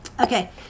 Okay